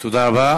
תודה רבה.